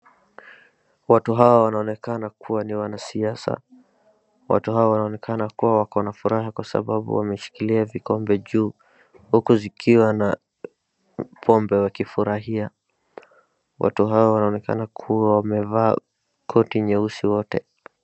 Watu hawa wanaonekana kuwa ni wanasiasa. Watu hawa wanaonekana kwa wakona furaha kwasababu wameshikilia vikombe juu, huku zikiwa na pombe wakifurahia. Watu hawa wanaonekana kuwa wamevaa koti nyeusi wote.